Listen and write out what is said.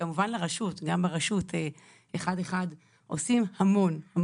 וכמובן לרשות, גם ברשות אחד אחד עושים המון.